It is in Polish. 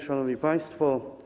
Szanowni Państwo!